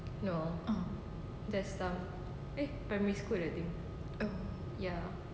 uh oh